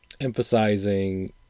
emphasizing